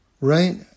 right